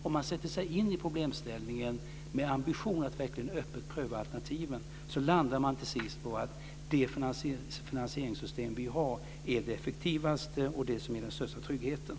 Om man sätter sig in i problemställningen med ambitionen att verkligen öppet pröva alternativen så landar man nämligen till sist på att det finanseringssystem som vi har är det effektivaste och det som ger den största tryggheten.